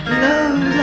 love